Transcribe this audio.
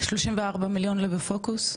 34 מיליון לא בפוקוס?